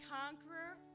conqueror